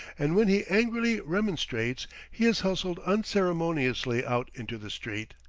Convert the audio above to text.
and when he angrily remonstrates he is hustled unceremoniously out into the street.